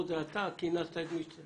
או שאתה כינסת את מי שצריך?